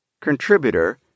contributor